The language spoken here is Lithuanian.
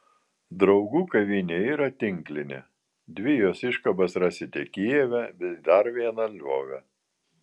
draugų kavinė yra tinklinė dvi jos iškabas rasite kijeve bei dar vieną lvove